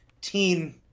teen –